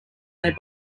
their